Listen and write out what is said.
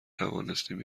توانستیم